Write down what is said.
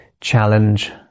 Challenge